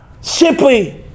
simply